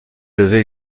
élever